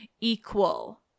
equal